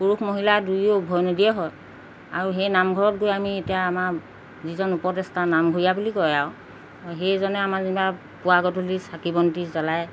পুৰুষ মহিলাই দুয়ো উভয় নদীয়ে হয় আৰু সেই নামঘৰত গৈ আমি এতিয়া আমাৰ যিজন উপদেষ্টা নামঘৰীয়া বুলি কয় আৰু সেইজনে আমাৰ যেনিবা পোৱা গধূলি চাকি বন্তি জ্বলায়